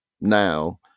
now